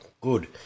good